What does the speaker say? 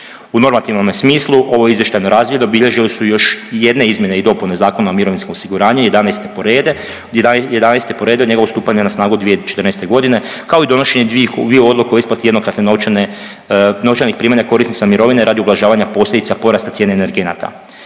U normativnome smislu ovo izvještajno razdoblje obilježili su još i jedne izmjene i dopune Zakona o mirovinskom osiguranju, 11. po redu od njegovog stupanja na snagu od 2014. godine kao i donošenje dviju odluka o isplati jednokratne novčane, novčanih primanja korisnicima mirovine radi ublažavanja posljedica porasta cijene energenata.